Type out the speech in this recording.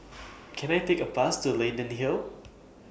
Can I Take A Bus to Leyden Hill